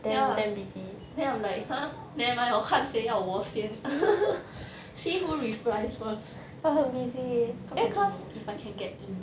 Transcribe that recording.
then I'm like !huh! never mind 我看谁要我先 see who reply first cause I don't know if I can get in